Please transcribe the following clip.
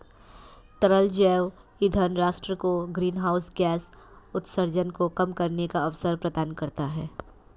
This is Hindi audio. तरल जैव ईंधन राष्ट्र को ग्रीनहाउस गैस उत्सर्जन को कम करने का अवसर प्रदान करता है